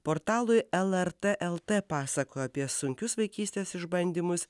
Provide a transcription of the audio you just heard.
portalui lrt lt pasakojo apie sunkius vaikystės išbandymus